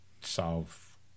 solve